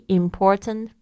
important